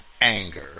anger